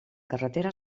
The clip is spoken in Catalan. carretera